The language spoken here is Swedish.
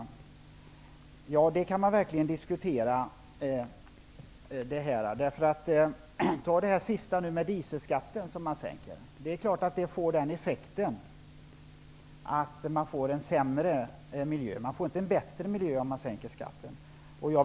Det är något som man verkligen kan diskutera. Ta det senaste exemplet med sänkningen av diselskatten. Det är klart att effekten av det blir en sämre miljö. Man får inte en bättre miljö om man sänker skatten på diesel.